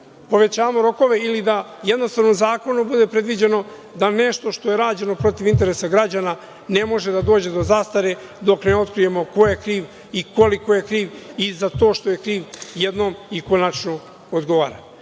povećamo rokove ili da jednostavno zakonom bude predviđeno da nešto što je rađeno protiv interesa građana ne može da dođe do zastare dok ne otkrijemo ko je kriv i koliko je kriv, i za to što je kriv jednom i konačno odgovara. Još